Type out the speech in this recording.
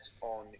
on